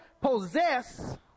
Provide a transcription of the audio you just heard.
possess